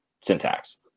syntax